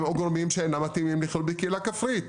או גורמים שאינם מתאימים לחיות בקהילה כפרית.